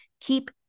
keep